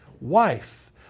wife